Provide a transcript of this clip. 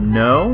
no